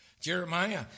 Jeremiah